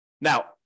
Now